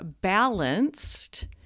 balanced